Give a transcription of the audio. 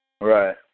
Right